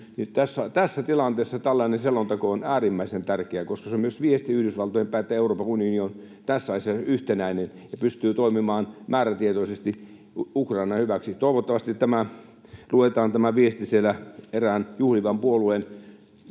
Tässä tilanteessa tällainen selonteko on äärimmäisen tärkeä, koska se on myös viesti Yhdysvaltoihin päin, että Euroopan unioni on tässä asiassa yhtenäinen ja pystyy toimimaan määrätietoisesti Ukrainan hyväksi. Toivottavasti tämä viesti luetaan siellä erään juhlivan puolueen